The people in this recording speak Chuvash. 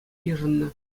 йышӑннӑ